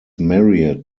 married